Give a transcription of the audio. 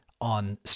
on